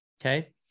Okay